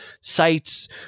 sites